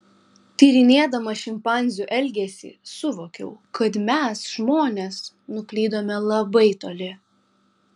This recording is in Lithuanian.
tyrinėdama šimpanzių elgesį suvokiau kad mes žmonės nuklydome labai toli